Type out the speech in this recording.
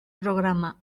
programa